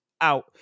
out